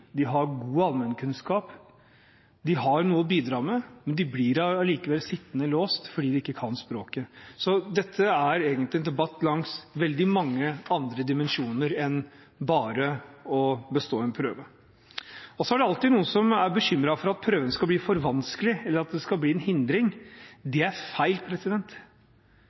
de har god allmennkunnskap, de har noe å bidra med, men de blir likevel sittende låst fast fordi de ikke kan språket. Så dette er egentlig en debatt langs veldig mange andre dimensjoner enn bare å bestå en prøve. Det er alltid noen som er bekymret for at prøven skal bli for vanskelig, eller at det skal bli en hindring. Det er feil.